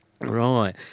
Right